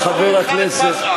חבר הכנסת בר,